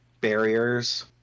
barriers